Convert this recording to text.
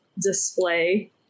display